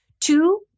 Two